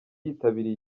yitabiriye